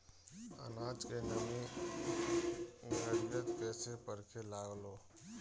आनाज के नमी घरयीत कैसे परखे लालो?